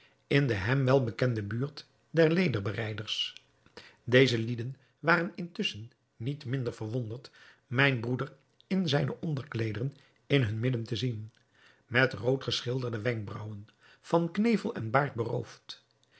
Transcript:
in de hem wel bekende buurt der lederbereiders deze lieden waren intusschen niet minder verwonderd mijn broeder in zijne onderkleederen in hun midden te zien met roodgeschilderde wenkbraauwen van knevel en baard beroofd